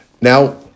now